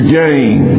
gain